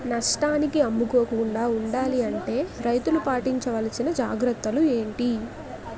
నష్టానికి అమ్ముకోకుండా ఉండాలి అంటే రైతులు పాటించవలిసిన జాగ్రత్తలు ఏంటి